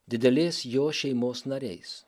didelės jo šeimos nariais